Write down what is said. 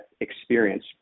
experience